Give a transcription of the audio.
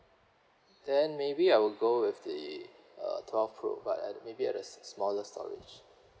then maybe I will go with the uh twelve pro but uh maybe at the s~ smaller storage